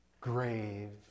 Grave